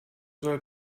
soll